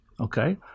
okay